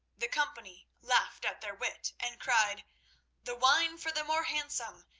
the company laughed at their wit, and cried the wine for the more handsome.